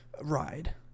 ride